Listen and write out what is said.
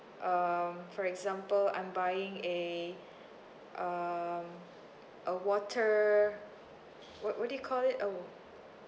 um for example I'm buying a um a water what what do you called it a